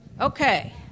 Okay